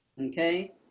Okay